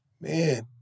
man